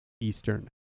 Eastern